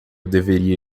deveria